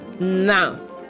now